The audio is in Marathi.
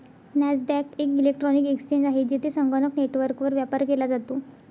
नॅसडॅक एक इलेक्ट्रॉनिक एक्सचेंज आहे, जेथे संगणक नेटवर्कवर व्यापार केला जातो